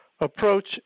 Approach